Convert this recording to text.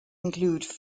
include